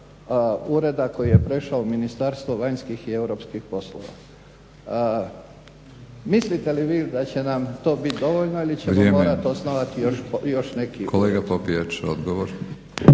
ureda koji je prešao u Ministarstvo vanjskih i europskih poslova. Mislite li vi da će nam to bit dovoljno ili ćemo morati osnovati još neki …